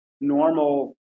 normal